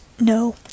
no